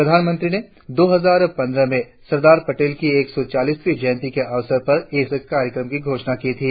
प्रधानमंत्री ने दो हजार पंद्रह में सरदार पटेल की एक सौ चालीसवी जंयती के अवसर पर इस कार्यक्रम की घोषणा की थी